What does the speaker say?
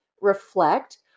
reflect